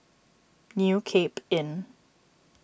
New Cape Inn